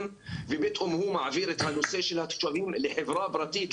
ופתאום הוא מעביר את הנושא של התושבים לחברה פרטית,